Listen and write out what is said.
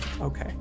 okay